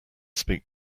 speak